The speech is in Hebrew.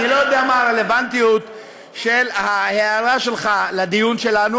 אני לא יודע מה הרלוונטיות של ההערה שלך לדיון שלנו.